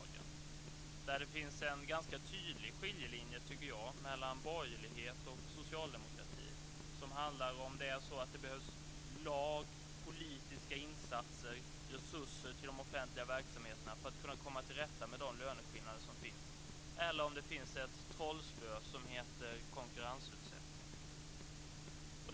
Där tycker jag att det finns en ganska tydlig skiljelinje mellan borgerlighet och socialdemokrati, som handlar om huruvida det behövs lag, politiska insatser och resurser till de offentliga verksamheterna för att kunna komma till rätta med de löneskillnader som finns eller om det finns ett trollspö som heter konkurrensutsättning.